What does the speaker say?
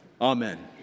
Amen